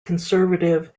conservative